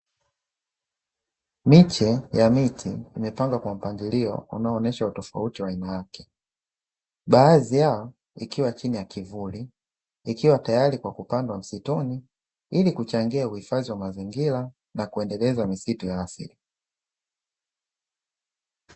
Miche ya miti, imepangwa kwa mpangilio unaoonyesha utofauti wa aina yake. Baadhi ya miti ikiwa chini ya kivuli ikiwa tayari kwa kupandwa msituni, ilikuchangia uhifadhi wa mazingira na kuendeleza misitu ya asili.